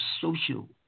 social